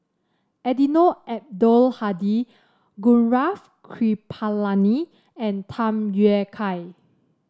Eddino Abdul Hadi Gaurav Kripalani and Tham Yui Kai